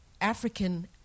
African